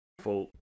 Full